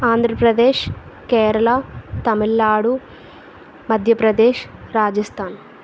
Andhra Pradesh Kerala Tamil Nadu Madhya Pradesh Rajasthan